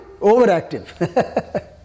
overactive